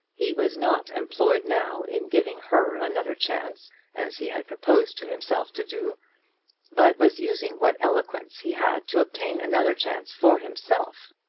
he was not employed now in giving her another chance as he had proposed to himself to do but was using what eloquence he had to obtain another chance for himself.